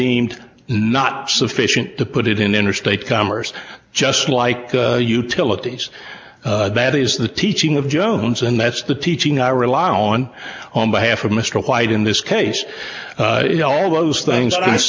deemed not sufficient to put it in interstate commerce just like the utilities that is the teaching of jones and that's the teaching i rely on on behalf of mr white in this case you know all those things